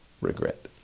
regret